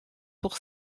pour